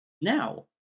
Now